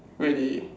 really